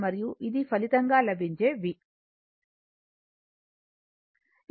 మరియు ఇది ఫలితంగా లభించే v